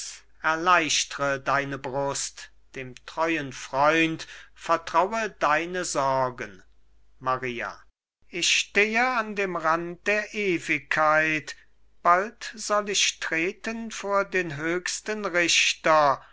erleichtre deine brust dem treuen freund vertraue deine sorgen maria ich stehe an dem rand der ewigkeit bald soll ich treten vor den höchsten richter